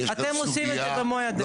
יש כאן סוגיה --- אתם עושים את זה במו ידיכם.